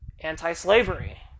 anti-slavery